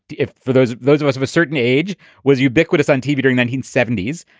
if for those those of us of a certain age was ubiquitous on tv, doing nineteen seventy s.